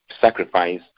sacrifice